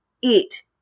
eat